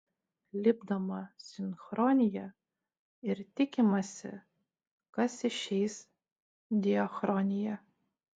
lipdoma sinchronija ir tikimasi kas išeis diachronija